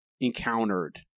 encountered